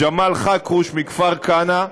ג'מאל חכרוש מכפר כנא,